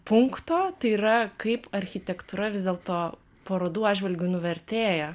punkto tai yra kaip architektūra vis dėlto parodų atžvilgiu nuvertėja